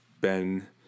Ben